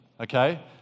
okay